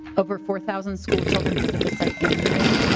over four thousand schoolchildren visit the site annually.